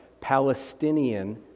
Palestinian